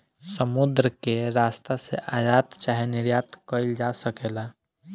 समुद्र के रस्ता से आयात चाहे निर्यात कईल जा सकेला